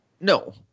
No